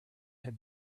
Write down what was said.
had